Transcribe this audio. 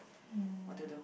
mm